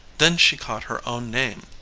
then she caught her own name,